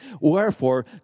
Wherefore